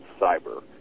cyber